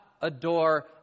adore